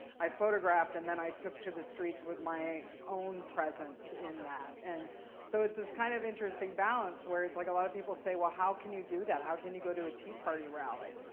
i photographed, and then i took to the streets with my own presence in that. and so it's this kind of interesting balance where it's like a lot of people say, well, how can you do that? how can you go to a tea party rally?